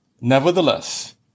Nevertheless